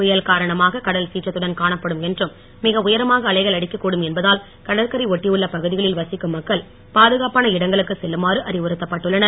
புயல் காரணமாக கடல் சீற்றத்துடன் காணப்படும் என்றும் மிக உயரமாக அலைகள் அடிக்கக் கூடும் என்பதால் கடற்கரை ஒட்டியுள்ள பகுதிகளில் வசிக்கும் மக்கள் பாதுகாப்பான இடங்களுக்கு செல்லுமாறு அறிவுறுத்தப்பட்டுள்ளன